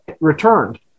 returned